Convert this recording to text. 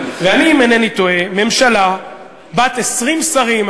ממשלה בת 20 שרים,